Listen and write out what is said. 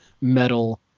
metal